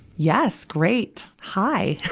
yes. great! hi!